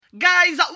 Guys